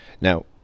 Now